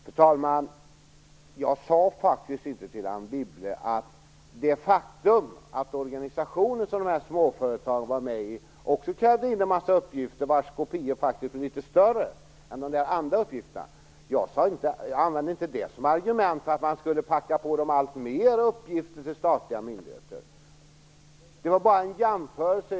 Fru talman! Jag använde inte det faktum att organisationer som de här småföretagen var med i också krävde in en massa uppgifter, vars hög av kopior faktiskt blev litet större än högen med andra uppgifter, som argument för att man skall pracka på dem alltmer uppgifter att lämnas till statliga myndigheter. Det var bara en jämförelse.